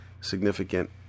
significant